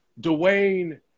Dwayne